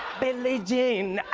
billy jean